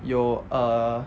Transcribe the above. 有 err